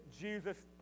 Jesus